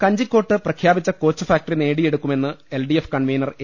കഞ്ചിക്കോട്ട് പ്രഖ്യാപിച്ച coach factory നേടിയെടുക്കുമെ ന്ന് എൽഡിഎഫ് കൺവീനർ എ